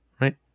right